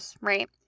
Right